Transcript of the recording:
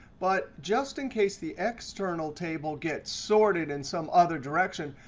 but just in case the external table gets sorted in some other direction,